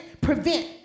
prevent